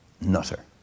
nutter